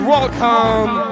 Welcome